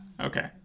okay